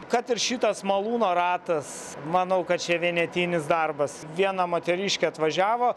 kad ir šitas malūno ratas manau kad čia vienetinis darbas viena moteriškė atvažiavo